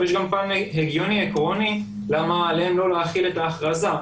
אבל יש גם פן הגיוני עקרוני למה עליהם לא להחיל את ההכרזה,